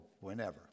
whenever